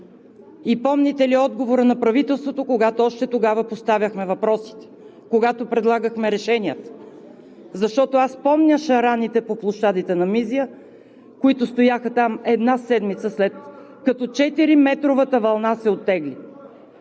Помните ли отговора на правителството, когато още тогава поставяхме въпросите, когато предлагахме решенията? Защото аз помня шараните по площадите на Мизия, които стояха там една седмица, след като четириметровата вълна се оттегли.